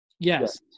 Yes